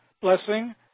blessing